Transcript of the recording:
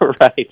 Right